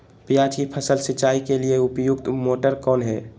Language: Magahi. प्याज की फसल सिंचाई के लिए उपयुक्त मोटर कौन है?